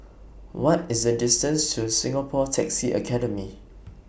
What IS The distance to Singapore Taxi Academy